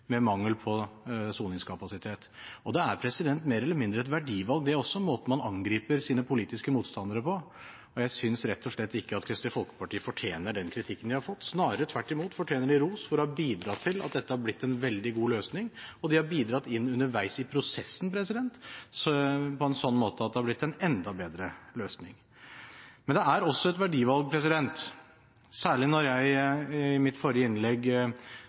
mangel på soningskapasitet. Det er mer eller mindre et verdivalg, det også, måten man angriper sine politiske motstandere på, og jeg synes rett og slett ikke at Kristelig Folkeparti fortjener den kritikken de har fått. Snarere tvert imot fortjener de ros for å ha bidratt til at dette har blitt en veldig god løsning, og de har bidratt underveis i prosessen på en sånn måte at det har blitt en enda bedre løsning.